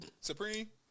Supreme